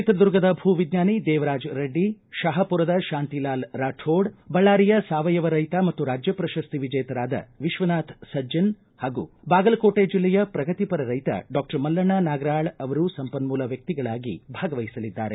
ಚಿತ್ರದುರ್ಗದ ಭೂ ವಿಜ್ಞಾನಿ ದೇವರಾಜ್ ರೆಡ್ಡಿ ಶಹಾಪುರದ ಶಾಂತಿಲಾಲ ರಾಕೋಡ ಬಳ್ಳಾರಿಯ ಸಾವಯವ ರೈತ ಮತ್ತು ರಾಜ್ಯ ಪ್ರಶಸ್ತಿ ವಿಜೇತರಾದ ವಿಶ್ವನಾಥ ಸಜ್ಜನ ಹಾಗೂ ಬಾಗಲಕೋಟೆ ಜಿಲ್ಲೆಯ ಪ್ರಗತಿಪರ ರೈತ ಡಾಕ್ಟರ್ ಮಲ್ಲಣ್ಣ ನಾಗರಾಳ ಅವರು ಸಂಪನ್ಮೂಲ ವ್ಯಕ್ತಿಗಳಾಗಿ ಭಾಗವಹಿಸಲಿದ್ದಾರೆ